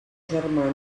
germana